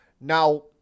Now